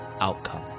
outcome